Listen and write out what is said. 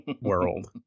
world